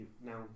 now